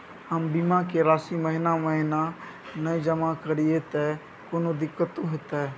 हम बीमा के राशि महीना महीना नय जमा करिए त कोनो दिक्कतों होतय?